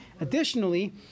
additionally